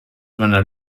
meiner